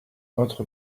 autre